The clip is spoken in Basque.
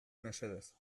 mesedez